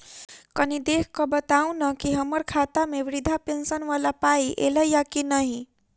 कनि देख कऽ बताऊ न की हम्मर खाता मे वृद्धा पेंशन वला पाई ऐलई आ की नहि?